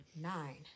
nine